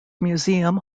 museum